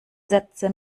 sätze